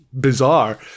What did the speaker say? bizarre